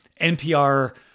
NPR